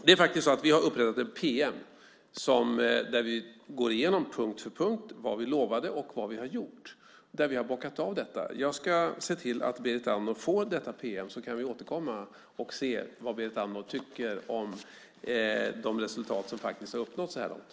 Vi har faktiskt upprättat ett pm där vi går igenom punkt för punkt vad vi lovade och vad vi har gjort, där vi har bockat av detta. Jag ska se till att Berit Andnor får detta pm, så kan vi återkomma och se vad Berit Andnor tycker om de resultat som faktiskt har uppnåtts så här långt.